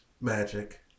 magic